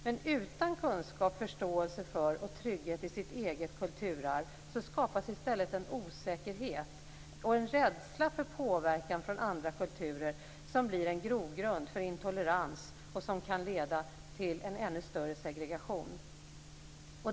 Men utan kunskap, förståelse för och trygghet i sitt eget kulturarv skapas i stället en osäkerhet och en rädsla för påverkan från andra kulturer som blir en grogrund för intolerans och som kan leda till en ännu större segregation.